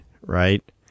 right